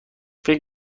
فکر